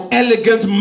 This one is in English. elegant